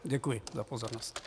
Děkuji za pozornost.